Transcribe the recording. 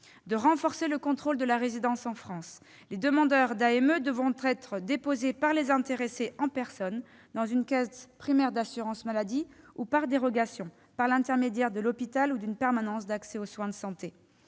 de renforcer le contrôle de la résidence en France. Les demandes d'AME devront être déposées par les intéressés, en personne, dans une CPAM ou, par dérogation, par l'intermédiaire de l'hôpital ou d'une permanence d'accès aux soins de santé.